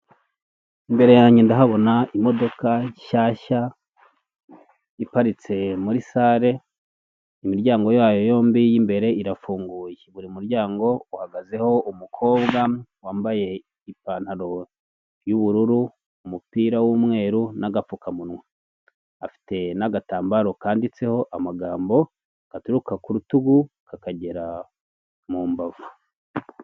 Imbere yanjye ndahabona imodoka nshyashya iparitse muri salle imiryango yayo yombi y'imbere irafunguye buri muryango uhagazeho umukobwa wambaye ipantaro y'ubururu umupira w'umweru n'agapfukamunwa afite n'agatambaro kanditseho amagambo gaturuka ku rutugu kakagera mu mbavu.